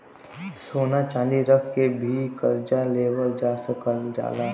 सोना चांदी रख के भी करजा लेवल जा सकल जाला